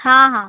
हां हां